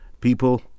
people